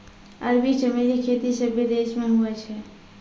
अरबी चमेली खेती सभ्भे देश मे हुवै छै